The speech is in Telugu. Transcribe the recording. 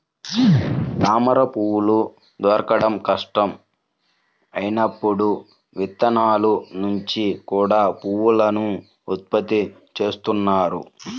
తామరపువ్వులు దొరకడం కష్టం అయినప్పుడు విత్తనాల నుంచి కూడా పువ్వులను ఉత్పత్తి చేస్తున్నారు